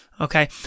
Okay